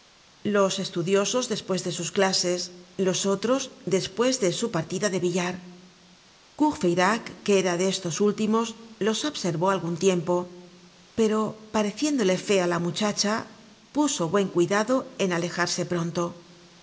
los estudiosos despues de sus clases los otros despues de su partida de billar courfeyrac que era de estos últimos los observó algun tiempo pero pareciéndole fea la muchacha puso buen cuidado en alejarse pronto